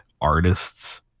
artists